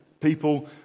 people